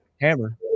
hammer